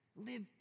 Live